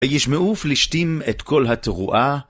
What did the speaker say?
‫וישמעו פלישתים את כל התרועה.